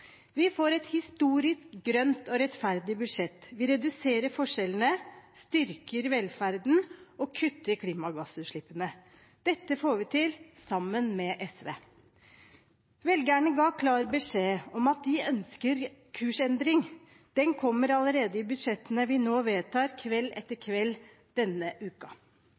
Vi får et historisk grønt og rettferdig budsjett. Vi reduserer forskjellene, styrker velferden og kutter i klimagassutslippene. Dette får vi til sammen med SV. Velgerne ga klar beskjed om at de ønsker en kursendring. Den kommer allerede i budsjettene vi nå vedtar, kveld etter kveld denne uka.